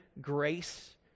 grace